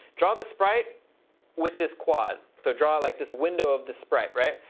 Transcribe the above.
draw the sprite with this quad. so draw like this window of the sprite, right?